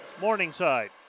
Morningside